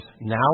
now